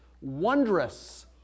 wondrous